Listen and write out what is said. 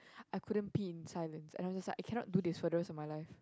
I couldn't pee in silence and I'm just like I cannot do this for the rest of my life